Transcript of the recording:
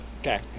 okay